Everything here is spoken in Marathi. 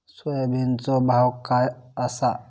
सोयाबीनचो भाव काय आसा?